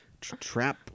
Trap